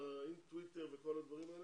הטוויטר וכל הדברים האלה.